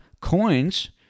coins